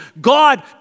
God